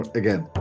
again